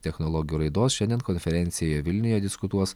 technologijų raidos šiandien konferencijoje vilniuje diskutuos